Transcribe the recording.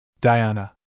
Diana